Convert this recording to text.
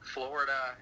Florida